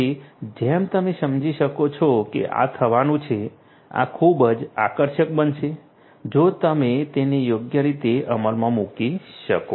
તેથી જેમ તમે સમજી શકો છો કે આ થવાનું છે આ ખૂબ જ આકર્ષક બનશે જો તમે તેને યોગ્ય રીતે અમલમાં મૂકી શકો